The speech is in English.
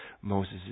Moses